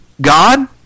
God